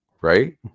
Right